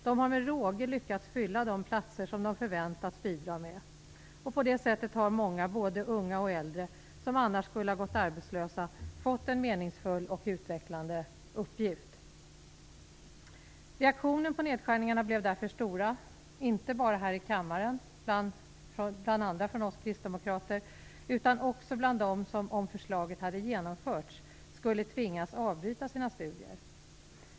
De har med råge kunnat fylla de platser som de förväntats bidra med. På det sättet har många, både unga och äldre, som annars skulle ha gått arbetslösa fått en meningsfull och utvecklande uppgift. Reaktionerna på nedskärningarna blev därför stora, inte bara här i kammaren - bl.a. från oss kristdemokrater - utan också bland dem som, om förslaget hade genomförts, skulle ha tvingats avbryta sina studier.